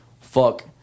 fuck